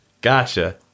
Gotcha